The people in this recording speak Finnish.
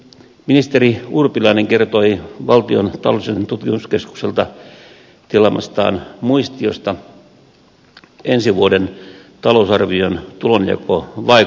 ministeri urpilainen kertoi valtion taloudelliselta tutkimuskeskukselta tilaamastaan muistiosta ensi vuoden talousarvion tulonjakovaikutuksista